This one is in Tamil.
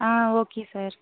ah okay sir